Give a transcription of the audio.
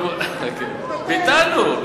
ביטלנו,